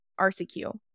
RCQ